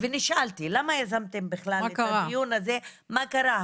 ונשאלתי למה יזמתם בכלל את הדיון הזה, מה קרה?